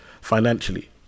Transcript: financially